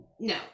No